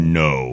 no